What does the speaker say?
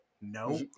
no